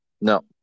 No